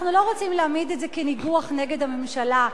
אנחנו לא רוצים להעמיד את זה כניגוח נגד הממשלה.